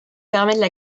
permettent